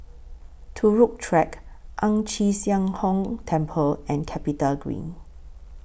Turut Track Ang Chee Sia Ong Temple and Capitagreen